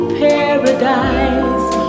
paradise